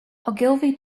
ogilvy